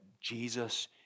Jesus